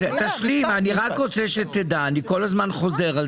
אסי, אתה כל הזמן חוזר על